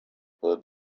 bud